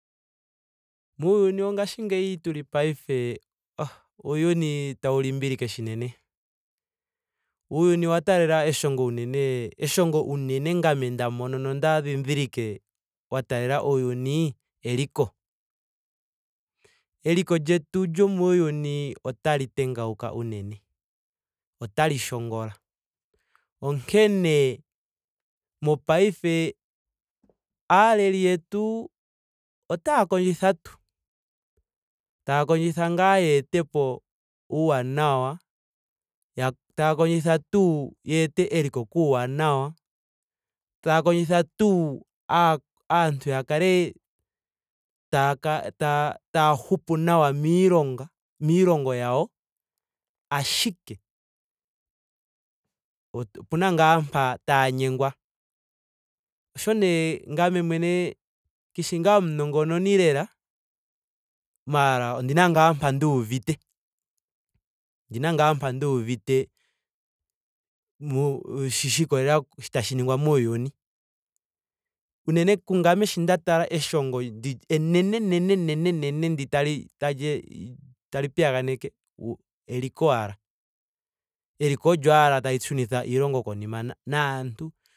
Muuyuni wongaashingeyi tuli paife oh uuyuni tawu liimbilike shinene. Uuyuni owa taalela eshongo unene eshongo unene ngame nda mono nonda dhidhilike lya taalela uuyuni eliko. Eliko lyetu lyomuuyuni otali tengauka unene. Otali shongola. Onkene mopaife aaleli yetu otaa kondjitha tuu. taa kondjitha ngaa yeetepo uwanawa. taa kondjitha tuu aantu ya kale ta- taa hupu nawa miilonga miilongo yawo. ashike opena naga mpa taya nyengwa. Osho nee ngame mwene kandi ngaa omunongonoli lela. maara ondina ngaa mpa nduuvite. ondina ngaa mpa nduuvite mo- shiikolelela shi tashi ningwa muuyuni. unene kungame sho nda tala eshongo ndi enene enenenene ndi tali tali tali piyganeke eliko owala. eliko olyo ashike tali shunitha iilongo konima naantu